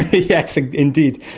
yes, indeed.